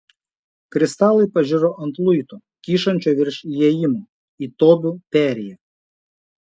kristalai pažiro ant luito kyšančio virš įėjimo į tobių perėją